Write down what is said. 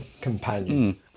companion